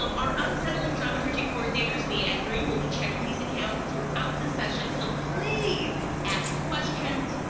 um our unsettling dramaturgy coordinators, mia and roo, will be checking these accounts throughout the session. so please ask questions,